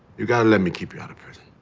you gotta let me keep you out of prison.